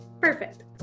Perfect